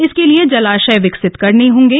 इसके लिए जलाशय विकसित करने होंगे